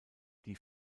die